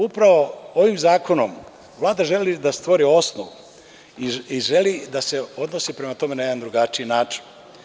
Upravo ovim zakonom Vlada želi da stvori osnov i želi da se odnosi prema tome na jedan drugačiji način.